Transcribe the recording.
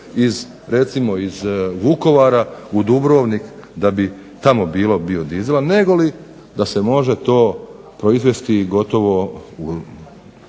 recimo iz Vukovara u Dubrovnik da bi tamo bilo biodizela, negoli da se to može proizvesti gotovo u